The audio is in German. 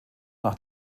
nach